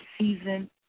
season